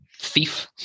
thief